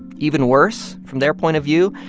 even worse, from their point of view,